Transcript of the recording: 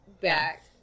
back